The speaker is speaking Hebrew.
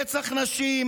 רצח נשים,